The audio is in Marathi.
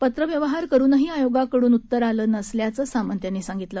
पत्रव्यवहार करूनही आयोगाकडून उत्तर आलं नसल्याचं सामंत यांनी सांगितलं